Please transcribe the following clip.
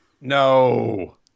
No